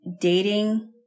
dating